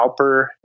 Alper